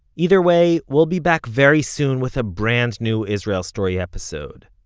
either way, we'll be back very soon with ah brand new israel story episode.